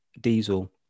diesel